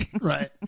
right